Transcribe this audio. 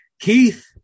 Keith